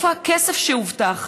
איפה הכסף שהובטח?